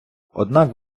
однак